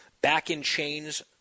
back-in-chains